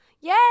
Yay